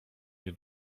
nie